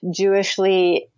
Jewishly